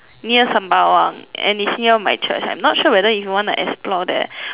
near sembawang and is near my church I'm not sure whether if you want to explore there